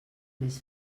més